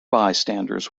bystanders